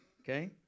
Okay